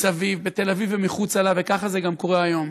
מסביב, בתל-אביב ומחוצה לה, וככה זה גם קורה היום.